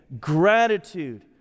gratitude